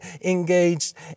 engaged